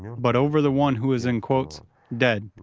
but over the one who is in quotes dead,